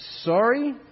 sorry